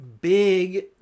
big